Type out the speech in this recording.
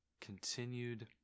continued